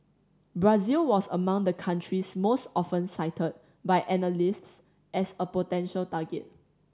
Brazil was among the countries most often cited by analysts as a potential target